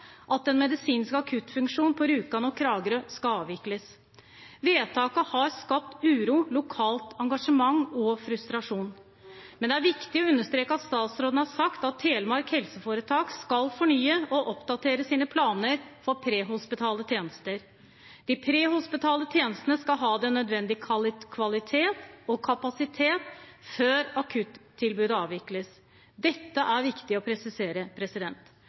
at den medisinske akuttfunksjonen på Rjukan og Kragerø skal avvikles. Vedtaket har skapt uro, lokalt engasjement og frustrasjon. Men det er viktig å understreke at statsråden har sagt at Telemark Helseforetak skal fornye og oppdatere sine planer for prehospitale tjenester. De prehospitale tjenestene skal ha den nødvendige kvalitet og kapasitet før akuttilbudet avvikles. Dette er det viktig å presisere.